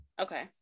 Okay